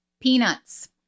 Peanuts